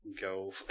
go